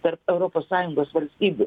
tarp europos sąjungos valstybių